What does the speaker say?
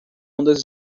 ondas